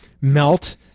melt